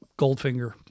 Goldfinger